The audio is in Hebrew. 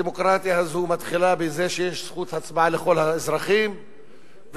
הדמוקרטיה הזו מתחילה בזה שיש זכות הצבעה לכל האזרחים ושכולם